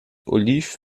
oliv